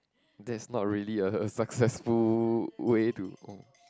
that's not really a successful way to